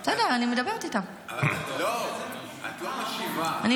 את לא משיבה, את מציגה חוק.